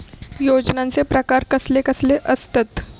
योजनांचे प्रकार कसले कसले असतत?